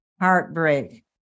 heartbreak